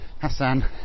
Hassan